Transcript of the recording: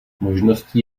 možností